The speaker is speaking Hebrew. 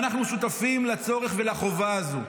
אנחנו שותפים לצורך ולחובה הזו.